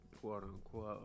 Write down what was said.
quote-unquote